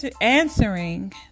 answering